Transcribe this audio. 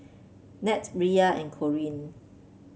Nat Riya and Corinne